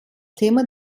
thema